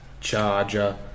Charger